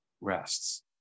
rests